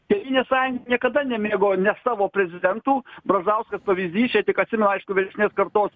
tėvynės sąjunga niekada nemėgo ne savo prezidentų brazauskas pavyzdys čia tik atsimena aišku vyresnės kartos